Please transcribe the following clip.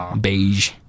Beige